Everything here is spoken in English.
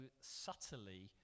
subtly